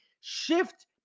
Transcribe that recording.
shift